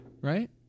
right